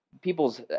people's